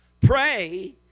pray